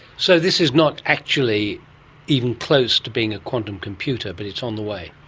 so this is not actually even close to being a quantum computer but it's on the way.